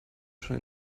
schon